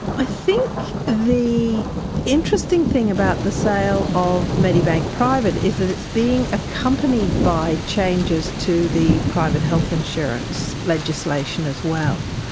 i think the interesting thing about the sale of medibank private, is that it's being accompanied by changes to the private health insurance legislation as well.